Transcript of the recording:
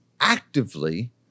actively